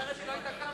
אחרת היא לא היתה קמה.